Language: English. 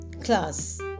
Class